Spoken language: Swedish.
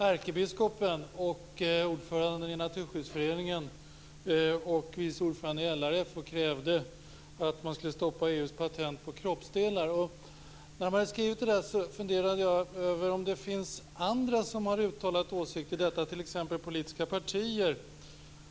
Fru talman! Häromdagen skrev ärkebiskopen, ordföranden i Naturskyddsföreningen och vice ordföranden i LRF och krävde att man skall stoppa EU:s förslag till patent på kroppsdelar. Jag har funderat över om det finns andra som har uttalat åsikter i denna fråga, t.ex. politiska partier.